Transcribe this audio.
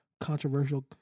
controversial